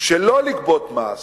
שלא לגבות מס